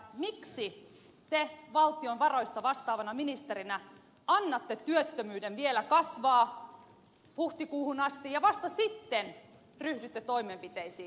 miksi te valtion varoista vastaavana ministerinä annatte työttömyyden vielä kasvaa huhtikuuhun asti ja vasta sitten ryhdytte toimenpiteisiin